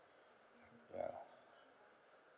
ya